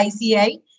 ICI